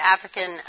African